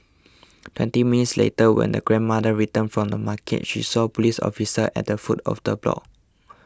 twenty minutes later when the grandmother returned from the market she saw police officers at the foot of the block